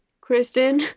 Kristen